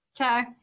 Okay